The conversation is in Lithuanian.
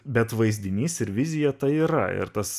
bet vaizdinys ir vizija ta yra ir tas